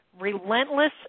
relentless